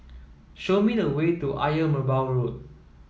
show me the way to Ayer Merbau Road